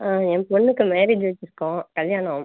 ஆ என் பொண்ணுக்கு மேரேஜ் வச்சுருக்கோம் கல்யாணம்